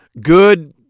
Good